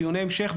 דיוני המשך,